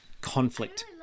conflict